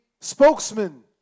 spokesman